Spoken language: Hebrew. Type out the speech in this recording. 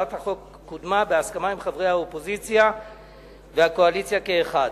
הצעת החוק קודמה בהסכמה עם חברי האופוזיציה והקואליציה כאחד.